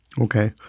Okay